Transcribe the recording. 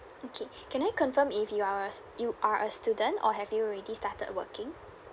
okay can I confirm if you are a you are a student or have you already started working